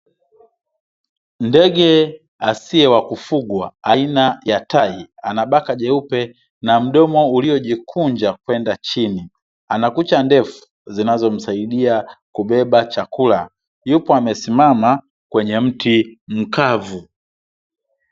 Ndege asiye wa kufugwa aina ya tai, ana baka jeupe na mdomo uliojikunja kwenda chini, ana kucha ndefu zinazomsaidia kubeba chakula, yupo amesimama kwenye mti mkavu.